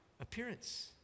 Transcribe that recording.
appearance